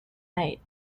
night